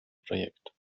projekt